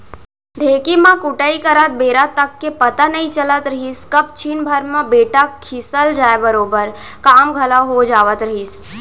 ढेंकी म कुटई करत बेरा तक के पता नइ चलत रहिस कब छिन भर म बेटा खिसल जाय बरोबर काम घलौ हो जावत रहिस